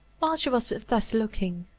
while she was thus looking,